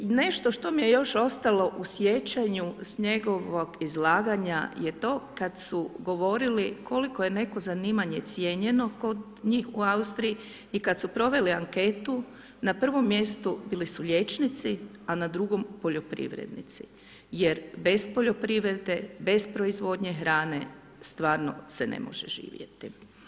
Nešto što mi je još ostalo u sjećanju s njegovog izlaganja je to kad su govorili koliko je neko zanimanje cijenjeno kod njih u Austriji i kad su proveli anketu, na prvom mjestu bili su liječnici, a na drugom poljoprivrednici jer bez poljoprivrede, bez proizvodnje hrane stvarno se ne može živjeti.